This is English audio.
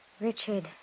Richard